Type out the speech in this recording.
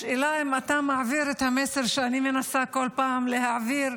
השאלה אם אתה מעביר את המסר שאני מנסה כל פעם להעביר,